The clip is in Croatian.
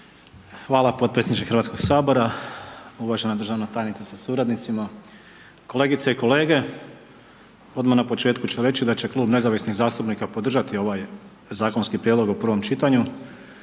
Hvala potpredsjedniče HS. Uvažena državna tajnice sa suradnicima, kolegice i kolege, odmah na početku ću reći da će klub Nezavisnih zastupnika podržati ovaj zakonski prijedlog u prvom čitanju.